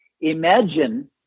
Imagine